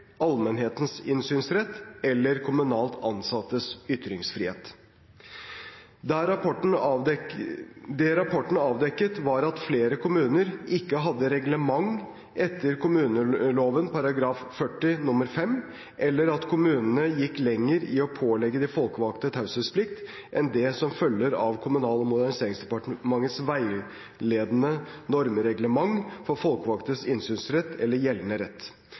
allmennhetens innsynsrett eller kommunalt ansattes ytringsfrihet. Det rapporten avdekket, var at flere kommuner ikke hadde reglement etter kommuneloven § 40 nr. 5, eller at kommunene gikk lenger i å pålegge de folkevalgte taushetsplikt enn det som følger av Kommunal- og moderniseringsdepartementets veiledende normalreglement for folkevalgtes innsynsrett, eller gjeldende rett.